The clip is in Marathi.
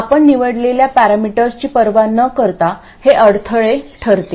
आपण निवडलेल्या पॅरामीटर्सची पर्वा न करता हे अडथळे ठरतील